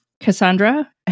Cassandra